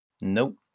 Nope